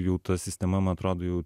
jų ta sistema man atrodo jau